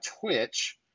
Twitch